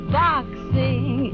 boxing